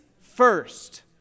first